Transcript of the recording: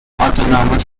autonomous